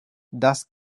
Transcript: das